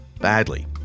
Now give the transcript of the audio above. badly